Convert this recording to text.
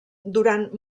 durant